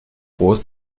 groß